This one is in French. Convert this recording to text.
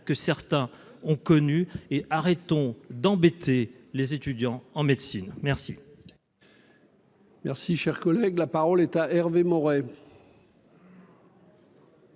que certains ont connu et arrêtons d'embêter les étudiants en médecine, merci. Merci, cher collègue, la parole est a Hervé Maurey.